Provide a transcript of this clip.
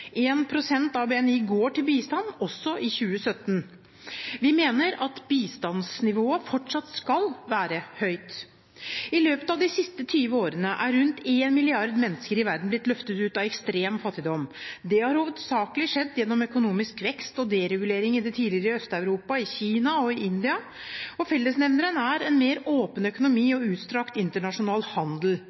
prosent av BNI går til bistand, også i 2017. Vi mener at bistandsnivået fortsatt skal være høyt. I løpet av de siste 20 årene er rundt én milliard mennesker i verden blitt løftet ut av ekstrem fattigdom. Det har hovedsakelig skjedd gjennom økonomisk vekst og deregulering i det tidligere Øst-Europa, i Kina og i India. Fellesnevneren er en mer åpen økonomi og utstrakt internasjonal handel.